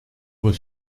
was